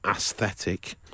Aesthetic